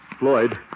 Floyd